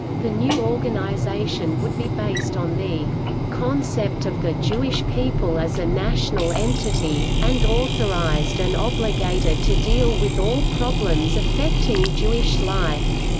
the new organization would be based on the concept of the jewish people as a national entity, and authorized and obligated to deal with all problems affecting jewish life.